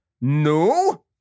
No